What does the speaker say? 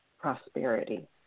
prosperity